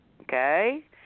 okay